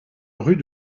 rue